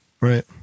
Right